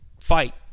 fight